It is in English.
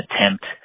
attempt